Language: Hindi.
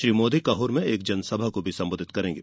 श्री मोदी कहुर में एक जनसभा को भी संबोधित करेंगे